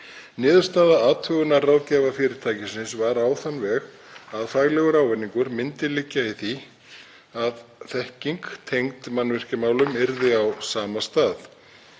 Niðurstaða athugunar ráðgjafarfyrirtækisins var á þann veg að faglegur ávinningur myndi liggja í því að þekking tengd mannvirkjamálum yrði á sama stað.